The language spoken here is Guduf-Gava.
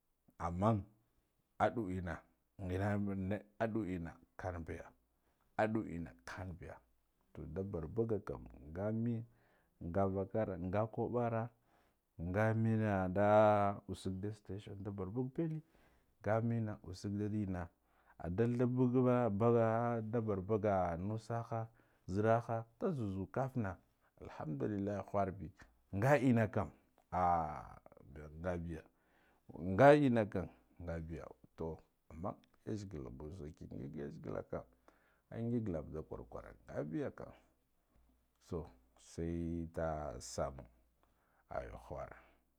Amman adu enna enna kor biya adu enna tanbiya, toh nda barbaga kam nga min ngavakar nga kabba ra nga menne nda usagga da setation barbag belle nga mina usiggi enna nda thabbe ba da barbaga nusaha zeraha nda zukarf na alhamdullahi khurbe, nga enna kam ah ngabiya nga enna kam ngabiya tuh amman yazegala buw saiki ngig yuzegalla kam ai ngig lava nda kwar kwar ngabiya kam so sai nda same ayu khura.